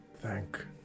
thank